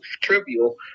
trivial